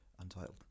Untitled